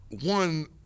one